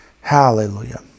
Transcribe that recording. Hallelujah